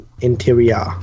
interior